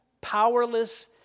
powerless